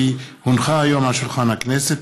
כי הונחה היום על שולחן הכנסת,